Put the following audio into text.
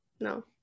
No